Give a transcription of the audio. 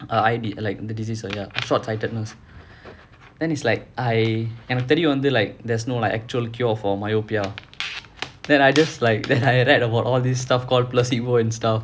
uh eye like the disease ya short sightedness then it's like I எனக்கு தெரியும் வந்து:ennakku teriyum vanthu like there's no like actual cure for myopia that I just like I read about all this stuff called placebo and stuff